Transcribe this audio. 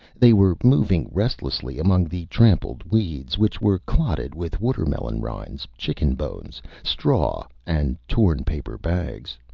they were moving restlessly among the trampled weeds, which were clotted with watermelon rinds, chicken bones, straw and torn paper bags.